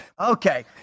Okay